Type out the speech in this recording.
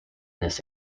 this